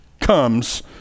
comes